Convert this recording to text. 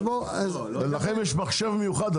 יש לכם מחשב מיוחד,